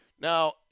Now